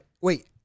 wait